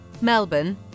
Melbourne